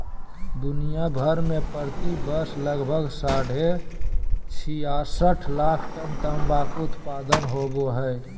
दुनिया भर में प्रति वर्ष लगभग साढ़े छियासठ लाख टन तंबाकू उत्पादन होवई हई,